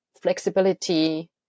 flexibility